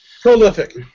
Prolific